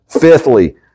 Fifthly